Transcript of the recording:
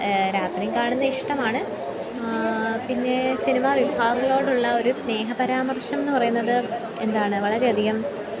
രാത്രിയും കാണുന്നത് ഇഷ്ടമാണ് പിന്നെ സിനിമ വിഭാഗങ്ങളോടുള്ള ഒരു സ്നേഹപരാമർശം എന്ന് പറയുന്നത് എന്താണ് വളരെയധികം